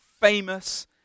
famous